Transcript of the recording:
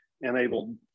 enabled